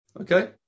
Okay